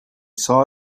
saw